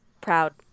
proud